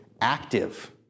active